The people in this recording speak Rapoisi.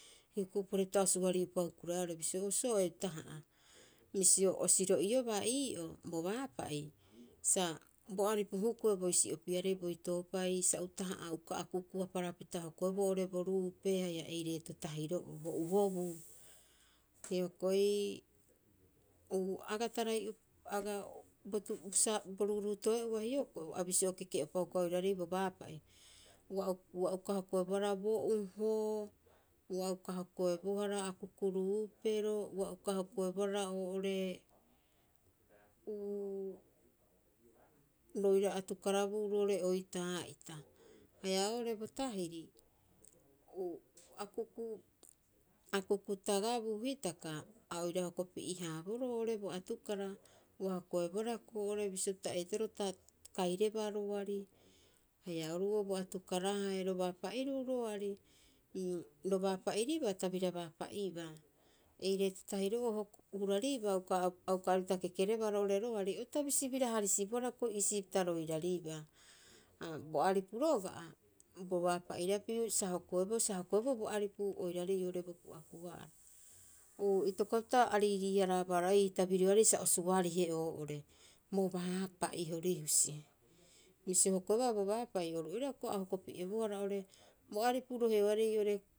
Hioko'i porepita o suari'upa hukuraeaa bisio so'ee utaha'a. Bisio o siro'iobaa ii'oo bo baapa'i sa bo aripu hokou boisi'opiarei bo itoopai sa utaha'a uka akukuaparapita hokoeboo oo'ore bo ruupee haia ei reeto tahiro'oo, bo uhobuu. Hioko'i uu, aga tarai'o aga sa bo ruuruuto'e'oa hioko'i a bisio keke'upa hukuraeaa oiraarei bo baapa'i, ua uka, ua uka hokoebohara bo uho, ua uka hokoebohara akuku ruupero, ua uka hokoebohara oo'ore roira atukarabuu roo'ore oitaa'ita. Haia oo'ore bo tahiri, uu, akuku, akuku tagabuu hitaka a oira hoko pi'e- haaboroo oo're bo atukara. Ua hokoebohara hioko'i oo'ore bisio pita eitaroo ta kairebaa roari, haia oru'oo bo atukara haero, ro baapa'iruu roari. Uu, roo baapa'iribaa ta bira baapa'ibaa. Ei reeto tahiro'oo huraribaa, a uka aripupita kekerebaa roo'ore roari, o ta bisi bira harisibohara hioko'i iisii pita roiraribaa. Ha bo aripu roga'a. bo baapa'irapiu sa hokoeboo, sa hokoeboo bo aripu oiraarei oo'ore bo pu'apu'a'ara. Uu, itokopapita a riirii- haraabaa ii tabirioarei sa o suarihe oo'ore, bo baapa'i hori husii. Bisio hokoebaa bo baapa'i, oru oira hioko'i a o hoko pi'ebohara oo'ore, bo aripu roheoarei oo'ore.